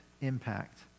impact